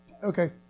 Okay